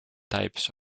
types